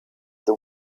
the